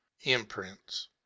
imprints